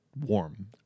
warm